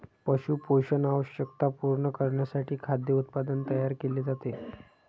पशु पोषण आवश्यकता पूर्ण करण्यासाठी खाद्य उत्पादन तयार केले जाते